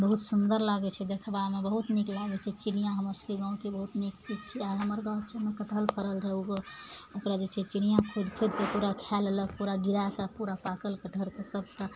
बहुत सुन्दर लागय छै देखबामे बहुत नीक लागय छै चिड़ियाँ हमर सभके गाँवके बहुत नीक चीज छियै हमर गाँव सभमे कटहल फड़ल रहय ओहो ओकरा जे छै चिड़ियाँ खोदि खोदिके पूरा खा लेलक पूरा गिरायके पूरा पाकल कटहलके सभटा